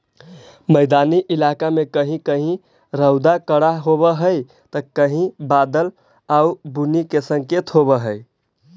मैदानी इलाका में कहीं कहीं रउदा कड़ा होब हई त कहीं कहीं बादल आउ बुन्नी के संकेत होब हई